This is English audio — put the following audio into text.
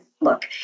look